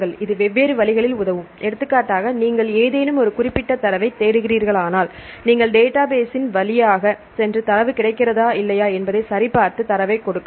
இது வெவ்வேறு வழிகளில் உதவும் எடுத்துக்காட்டாக நீங்கள் ஏதேனும் ஒரு குறிப்பிட்ட தரவைத் தேடுகிறீர்களானால் நீங்கள் டேட்டாபேஸ்ஸின் வழியாகச் சென்று தரவு கிடைக்கிறதா இல்லையா என்பதைச் சரிபார்த்து தரவைக் கொடுக்கலாம்